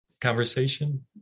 conversation